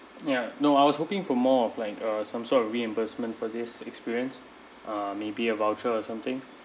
ya no I was hoping for more of like a some sort of reimbursement for this experience uh maybe a voucher or something